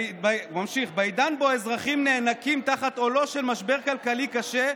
והוא ממשיך: "בעידן שבו אזרחים נאנקים תחת עולו של משבר כלכלי קשה,